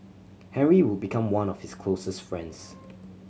henry would become one of his closest friends